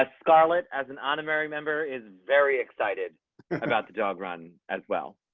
ah scarlet as an honorary member is very excited about the dog run as well.